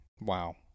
Wow